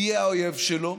תהיה האויב שלו,